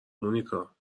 مونیکا